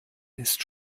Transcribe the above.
ist